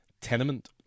Tenement